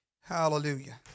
Hallelujah